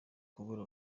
kubura